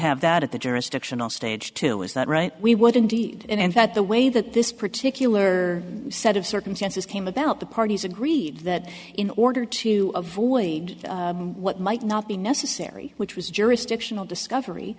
have that at the jurisdictional stage two is that right we would indeed and in fact the way that this particular set of circumstances came about the parties agreed that in order to avoid what might not be necessary which was jurisdictional discovery